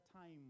time